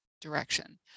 direction